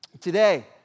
today